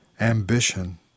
ambition